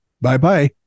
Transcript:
Bye-bye